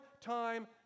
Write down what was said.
time